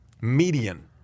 Median